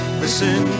listen